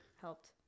helped